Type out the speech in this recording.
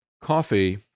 coffee